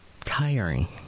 tiring